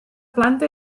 planta